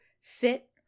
fit